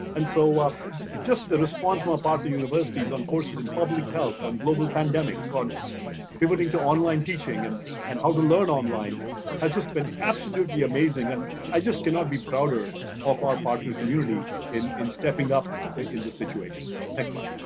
and so, ah just just the response from our partner universities on courses in public health, on global pandemics, on pivoting to online teaching and and how to learn online has just been absolutely amazing and i just cannot be prouder of our partner community in in stepping up in the situation. next slide.